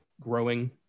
growing